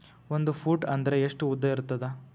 ಒಂದು ಫೂಟ್ ಅಂದ್ರೆ ಎಷ್ಟು ಉದ್ದ ಇರುತ್ತದ?